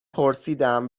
پرسیدم